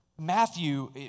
Matthew